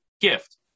gift